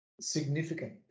Significant